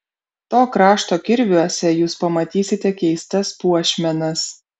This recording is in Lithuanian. to krašto kirviuose jūs pamatysite keistas puošmenas